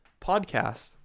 podcast